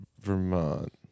Vermont